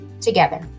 together